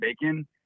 Bacon